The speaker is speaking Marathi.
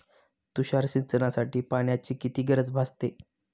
तुषार सिंचनासाठी पाण्याची किती गरज भासते?